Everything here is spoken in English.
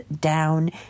down